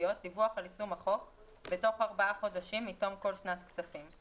הממשלתיות דיווח על יישום החוק בתוך ארבעה חודשים מתום כל שנת כספים,